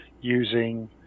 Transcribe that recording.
using